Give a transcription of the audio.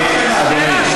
רק שאלה.